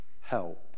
help